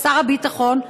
לשר הביטחון,